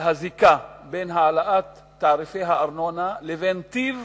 על הזיקה בין העלאת תעריפי הארנונה לבין טיב